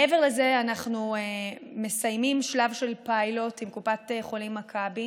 מעבר לזה אנחנו מסיימים שלב של פיילוט עם קופת חולים מכבי